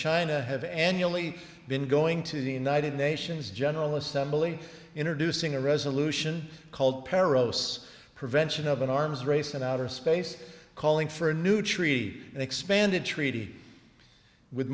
china have any only been going to the united nations general assembly introducing a resolution called perilous prevention of an arms race in outer space calling for a new treaty and expanded treaty with